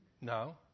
No